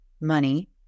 money